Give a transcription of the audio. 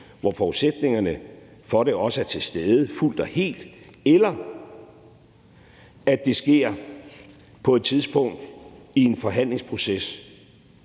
hvor forudsætningerne for det også er fuldt og helt til stede, eller at det sker på et tidspunkt i en forhandlingsproces,